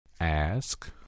Ask